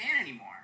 anymore